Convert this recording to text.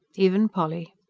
even polly.